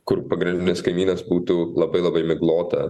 kur pagrindinis kaimynas būtų labai labai miglotą